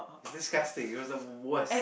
it's disgusting it was the worst